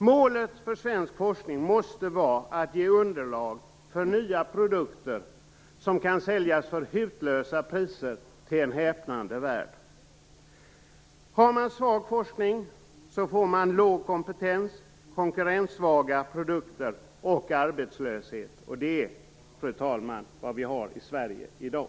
Målet för svensk forskning måste vara att ge underlag för nya produkter som kan säljas för hutlösa priser till en häpnande värld. Har man svag forskning får man låg kompetens, konkurrenssvaga produkter och arbetslöshet. Det, fru talman, är vad vi har i Sverige i dag.